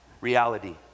reality